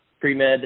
pre-med